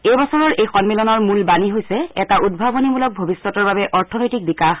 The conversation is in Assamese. এই বছৰৰ এই সন্মিলনৰ মূল বাণী হৈছে এটা উদ্ভাৱনীমূলক ভৱিষ্যতৰ বাবে অৰ্থনৈতিক বিকাশ